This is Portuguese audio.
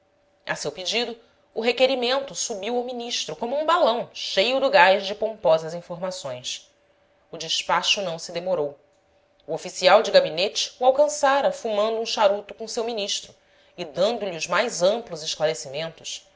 a seu pedido o requerimento subiu ao ministro como um balão cheio do gás de pomposas informações o despacho não se demorou o oficial de gabinete o alcançara fumando um charuto com seu ministro e dando-lhe os mais amplos esclarecimentos